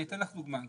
אני אתן לך דוגמה.